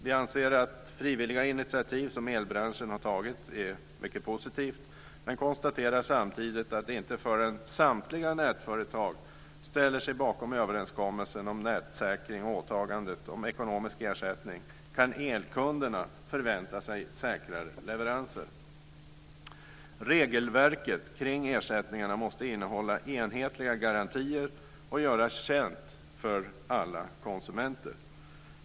Vi anser att det frivilliga initiativ som elbranschen har tagit är mycket positivt, men vi konstaterar samtidigt att inte förrän samtliga nätföretag ställer sig bakom överenskommelsen om nätsäkring och åtagandet om ekonomisk ersättning kan elkunderna vänta sig säkrare leveranser. Regelverket kring ersättningarna måste innehålla enhetliga garantier och göras känt för alla konsumenter.